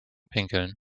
pinkeln